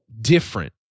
different